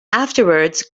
afterwards